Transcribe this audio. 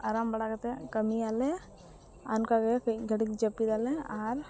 ᱟᱨᱟᱢ ᱵᱟᱲᱟ ᱠᱟᱛᱮᱫ ᱠᱟᱹᱢᱤᱭᱟᱞᱮ ᱟᱨ ᱚᱱᱠᱟᱜᱮ ᱠᱟᱹᱡ ᱜᱷᱟᱹᱲᱤᱡ ᱡᱟᱹᱯᱤᱫᱟᱞᱮ ᱟᱨ